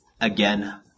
again